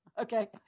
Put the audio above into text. Okay